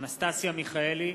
אנסטסטיה מיכאלי,